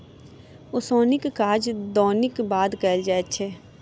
ओसौनीक काज दौनीक बाद कयल जाइत अछि